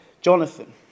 Jonathan